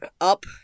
up